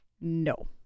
No